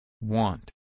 Want